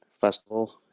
festival